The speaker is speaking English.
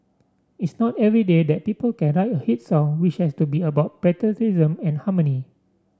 it's not every day that people can write a hit song which has to be about patriotism and harmony